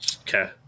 Okay